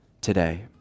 today